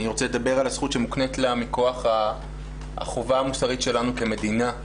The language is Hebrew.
אני רוצה לדבר על הזכות שמוקנית לה מכוח החובה המוסרית שלנו כמדינה,